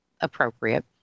appropriate